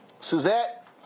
Suzette